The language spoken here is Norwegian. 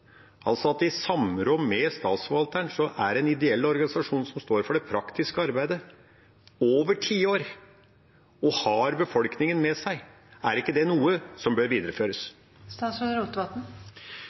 altså at det i samråd med statsforvalteren er en ideell organisasjon som står for det praktiske arbeidet over tiår og har befolkningen med seg? Er ikke det noe som bør videreføres?